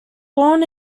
born